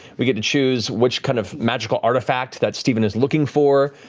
we get to choose which kind of magical artifact that stephen is looking for,